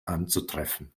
anzutreffen